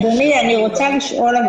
אדוני, אני רוצה לשאול.